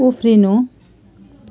उफ्रिनु